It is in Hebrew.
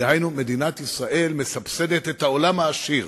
דהיינו מדינת ישראל מסבסדת את העולם העשיר